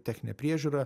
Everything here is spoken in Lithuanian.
techninė priežiūra